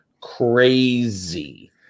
crazy